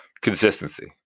consistency